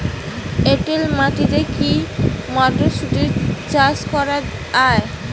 এটেল মাটিতে কী মটরশুটি চাষ করা য়ায়?